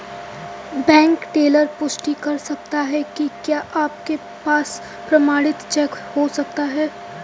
Bank teller पुष्टि कर सकता है कि क्या आपके पास प्रमाणित चेक हो सकता है?